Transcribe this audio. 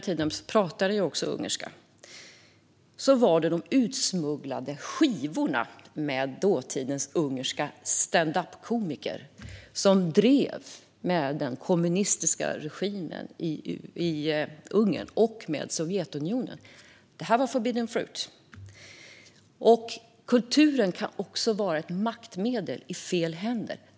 Vad jag minns tydligt är de utsmugglade skivorna med dåtidens ungerska stand up-komiker, som drev med den kommunistiska regimen i Ungern och med Sovjetunionen. Det var forbidden fruit. Kulturen kan vara ett maktmedel i fel händer.